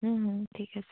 ঠিক আছে